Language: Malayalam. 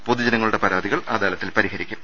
പൊതുജനങ്ങളുടെ പരാതി കൾ അദാലത്തിൽ പരിഹരിക്കും